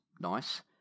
nice